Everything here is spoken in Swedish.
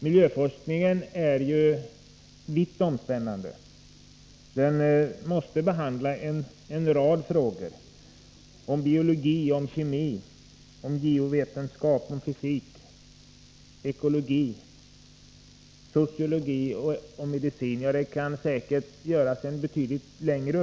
Miljöforskningen är vitt omspännande. Den måste behandla en rad frågor på områden som biologi, kemi, biovetenskap, fysik, ekologi, sociologi och medicin. Listan kan säkerligen göras betydligt längre.